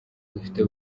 dufite